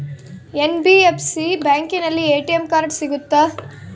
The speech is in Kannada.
ಎನ್.ಬಿ.ಎಫ್.ಸಿ ಬ್ಯಾಂಕಿನಲ್ಲಿ ಎ.ಟಿ.ಎಂ ಕಾರ್ಡ್ ಸಿಗುತ್ತಾ?